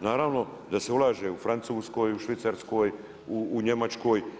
naravno da se ulaže u Francuskoj, u Švicarskoj, u Njemačkoj.